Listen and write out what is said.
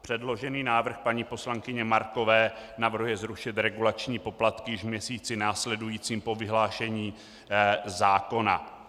Předložený návrh paní poslankyně Markové navrhuje zrušit regulační poplatky již v měsíci následujícím po vyhlášení zákona.